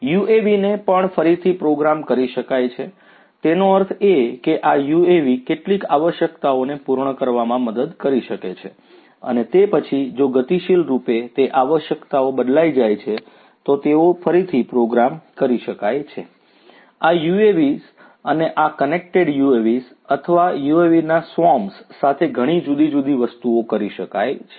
UAVs ને પણ ફરીથી પ્રોગ્રામ કરી શકાય છે તેનો અર્થ એ કે આ UAVs કેટલીક આવશ્યકતાઓને પૂર્ણ કરવામાં મદદ કરી શકે છે અને તે પછી જો ગતિશીલ રૂપે તે આવશ્યકતાઓ બદલાઈ જાય છે તો તેઓ ફરીથી પ્રોગ્રામ કરી શકાય છે આ UAVs અને આ કનેક્ટેડ UAVs અથવા UAVsના સ્વોર્મ્સ સાથે ઘણી જુદી જુદી વસ્તુઓ કરી શકાય છે